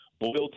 boiled